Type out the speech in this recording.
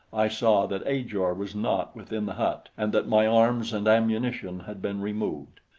i saw that ajor was not within the hut, and that my arms and ammunition had been removed.